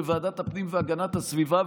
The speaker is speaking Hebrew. וועדת הפנים והגנת הסביבה,